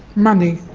money.